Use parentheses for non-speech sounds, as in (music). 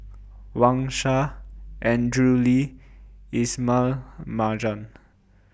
Wang Sha Andrew Lee Ismail Marjan (noise)